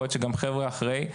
יכול להיות שגם חבר'ה אחרי,